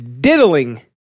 diddling